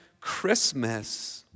Christmas